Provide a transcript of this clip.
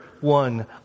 one